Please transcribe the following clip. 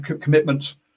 commitments